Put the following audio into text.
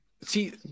See